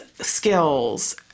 skills